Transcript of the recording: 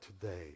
today